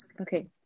Okay